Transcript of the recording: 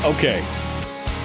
Okay